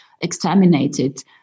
exterminated